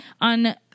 On